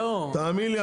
תאמין לי,